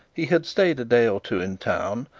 he had stayed a day or two in town,